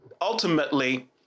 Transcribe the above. ultimately